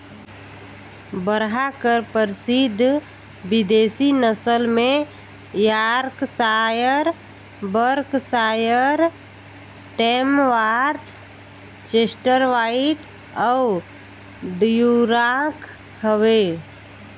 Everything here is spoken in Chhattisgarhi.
बरहा कर परसिद्ध बिदेसी नसल में Yorkshire, Berkshire, Tamworth, Chester White अउ ड्यूरॉक हवे